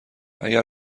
اگر